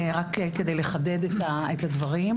רק כדי לחדד את הדברים.